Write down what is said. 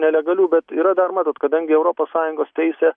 nelegalių bet yra dar matot kadangi europos sąjungos teisė